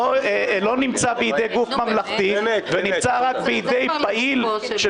לא נמצא בידי גוף ממלכתי אלא נמצא בידי פעיל של